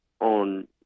on